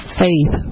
faith